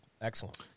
Excellent